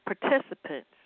participants